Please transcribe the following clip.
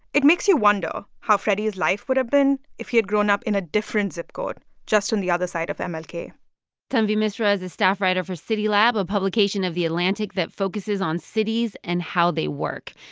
it makes you wonder how freddie's life would've been if he had grown up in a different zip code just on the other side of and mlk tanvi misra is a staff writer for citylab, a publication of the atlantic, that focuses on cities and how they work.